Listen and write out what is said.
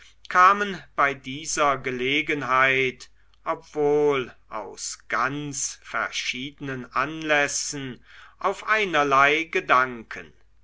kamen bei dieser gelegenheit obwohl aus ganz verschiedenen anlässen auf einerlei gedanken